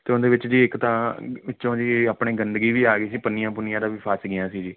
ਅਤੇ ਉਹਦੇ ਵਿੱਚ ਜੀ ਇੱਕ ਤਾਂ ਵਿੱਚੋਂ ਜੀ ਆਪਣੇ ਗੰਦਗੀ ਵੀ ਆ ਗਈ ਸੀ ਪੰਨੀਆਂ ਪੁੰਨੀਆਂ ਦਾ ਵੀ ਫਸ ਗਿਆ ਸੀ ਜੀ